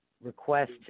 request